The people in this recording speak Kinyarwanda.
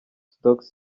stoke